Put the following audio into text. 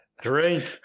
Drink